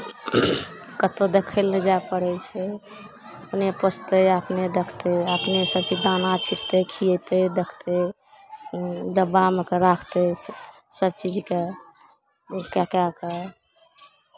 कतहु देखय लए नहि जाय पड़ै छै अपने पोसतै अपने देखतै अपने सभचीज दाना छिँटतै खिएतै देखतै डब्बामे के राखतै सभ सभचीजकेँ कए कए कऽ